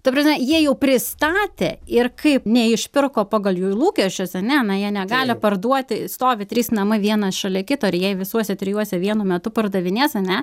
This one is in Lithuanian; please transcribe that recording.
ta prasme jie jau pristatė ir kaip neišpirko pagal jų lūkesčius ane na jie negali parduoti stovi trys namai vienas šalia kito ir jei visuose trijuose vienu metu pardavinės ane